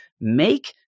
make